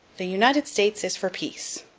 the united states is for peace.